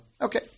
Okay